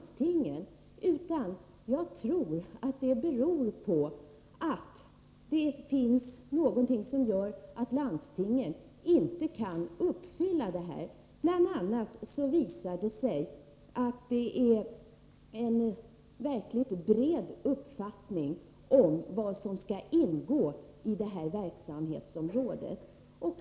Det måste enligt min mening bero på att det finns något som gör att de inte klarar uppgiften. Det har bl.a. visat sig finnas en verkligt bred uppfattning om vad som skall ingå i detta verksamhetsområde.